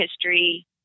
history